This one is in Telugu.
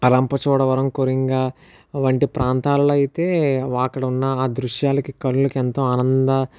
రంపచోడవరం కొరింగ వంటి ప్రాంతాలలో అయితే అక్కడున్న ఆ దృశ్యాలకి కళ్ళకి ఎంతో ఆనంద